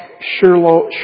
Sherlock